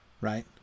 right